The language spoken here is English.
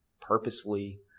purposely